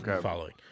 following